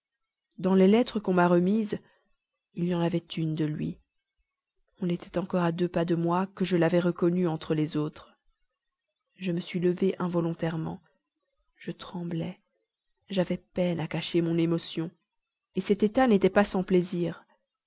dans les lettres qu'on m'a remises il y en avait une de lui on était encore à deux pas de moi que je l'avais reconnue entre les autres je me suis levée involontairement je tremblais j'avais peine à cacher mon émotion cet état n'était pas sans plaisir